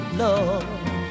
love